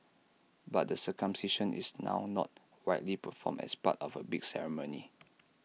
but the circumcision is now not widely performed as part of A big ceremony